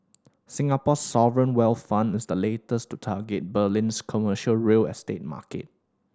Singapore's sovereign wealth fund is the latest to target Berlin's commercial real estate market